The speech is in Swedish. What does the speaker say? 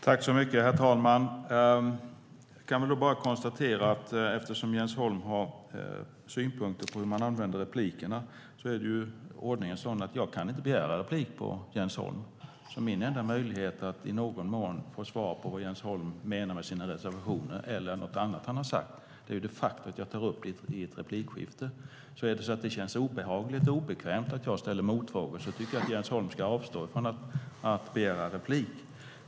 Herr talman! Eftersom Jens Holm har synpunkter på hur man använder replikerna kan jag konstatera att ordningen är sådan att jag inte kan begära replik på Jens Holm. Min enda möjlighet att i någon mån få svar på vad Jens Holm menar med sina reservationer eller något som han har sagt är de facto att jag tar upp det i ett replikskifte. Om det känns obehagligt och obekvämt att jag ställer motfrågor tycker jag att Jens Holm ska avstå från att begära replik.